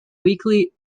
weekly